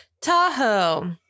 Tahoe